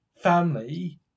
family